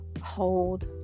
hold